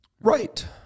Right